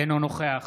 אינו נוכח